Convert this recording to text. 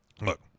Look